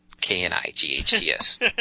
K-N-I-G-H-T-S